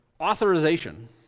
authorization